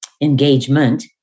engagement